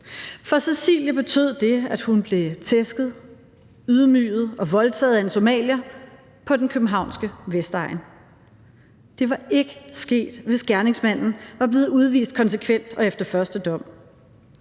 For Cecilie betød det, at hun blev tæsket, ydmyget og voldtaget af en somalier på den københavnske Vestegn. Det var ikke sket, hvis gerningsmanden var blevet udvist konsekvent og efter første dom.